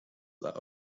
that